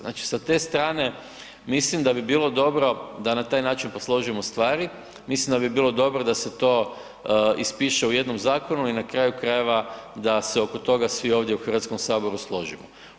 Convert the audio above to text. Znači, sa te strane mislim da bi bilo dobro da na taj način posložimo stvari, mislim da bi bilo dobro da se to ispiše u jednom zakonu i na kraju krajeva da se oko toga svi ovdje u HS složimo.